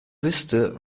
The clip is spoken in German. wüsste